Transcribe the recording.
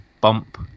bump